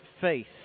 faith